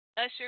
Usher